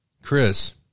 Chris